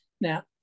Now